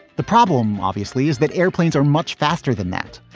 the problem, obviously, is that airplanes are much faster than that.